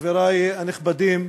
חברי הנכבדים,